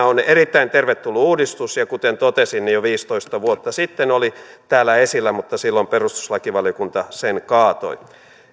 on erittäin tervetullut uudistus ja kuten totesin se jo viisitoista vuotta sitten oli täällä esillä mutta silloin perustuslakivaliokunta sen kaatoi muuten